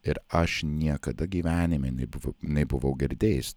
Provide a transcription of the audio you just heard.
ir aš niekada gyvenime nebuvau nebuvau girdėjęs